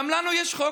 גם לנו יש חוק,